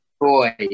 boy